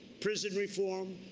prison reform,